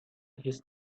his